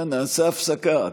נעשה הפסקה.